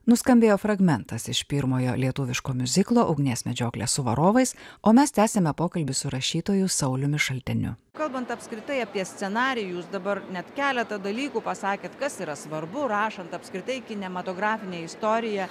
nuskambėjo fragmentas iš pirmojo lietuviško miuziklo ugnies medžioklė su varovais o mes tęsiame pokalbį su rašytoju sauliumi šalteniu kalbant apskritai apie scenarijus dabar net keletą dalykų pasakėt kas yra svarbu rašant apskritai kinematografinę istoriją